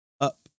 Up